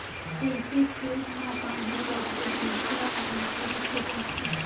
जइसे खेत म पानी परथे बीजा ह अंकुरित हो जाथे